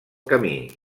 camí